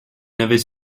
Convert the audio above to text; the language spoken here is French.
n’avez